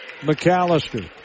McAllister